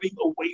away